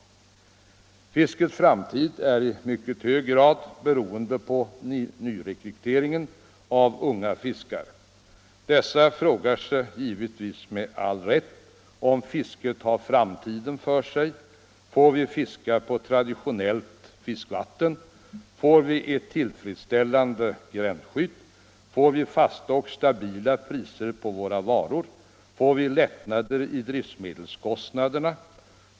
Fiskets framtid är i mycket hög grad beroende på nyrekrytering av unga fiskare. Dessa frågar sig givetvis med all rätt om fisket har framtiden för sig. Får vi fiska på traditionellt fiskevatten? Får vi ett tillfredsställande gränsskydd? Får vi fasta och stabila priser på våra varor? Får vi lättnader i drivmedelskostnaderna?